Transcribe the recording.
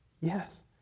Yes